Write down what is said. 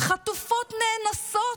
חטופות נאנסות,